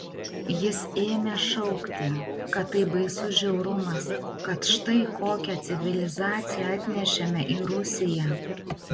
jis ėmė šaukti kad tai baisus žiaurumas kad štai kokią civilizaciją atnešėme į rusiją